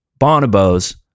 bonobos